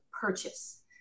purchase